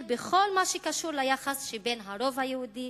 בכל מה שקשור ליחס שבין הרוב היהודי